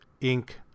ink